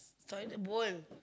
toilet bowl